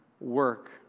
work